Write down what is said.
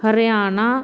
Haryana